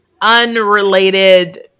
unrelated